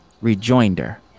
rejoinder